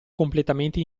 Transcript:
completamente